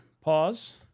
pause